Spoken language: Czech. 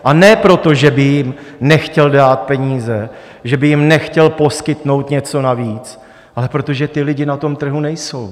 A ne proto, že by jim nechtěl dát peníze, že by jim nechtěl poskytnout něco navíc, ale protože ty lidi na trhu nejsou.